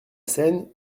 scène